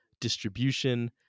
distribution